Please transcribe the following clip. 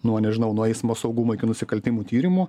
nuo nežinau nuo eismo saugumo iki nusikaltimų tyrimų